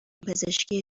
پزشکی